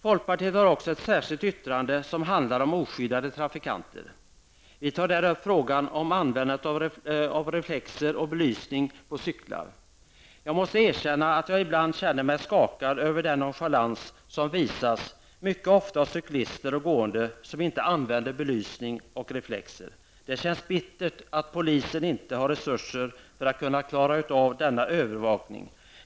Folkpartiet har också ett särskilt yttrande som handlar om oskyddade trafikanter. Vi tar där upp frågan om användandet av reflexer och belysning på cyklar. Jag måste erkänna att jag ibland känner mig skakad över den nonchalans som mycket ofta visas av cyklister och gående som inte använder belysning och reflexer. Det känns bittert att polisen inte har resurser för att klara av denna övervakning.